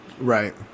Right